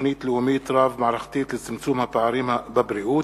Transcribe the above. תוכנית לאומית רב-מערכתית לצמצום הפערים בבריאות,